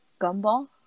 Gumball